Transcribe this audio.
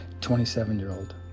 27-year-old